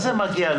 מה זה מגיע לו?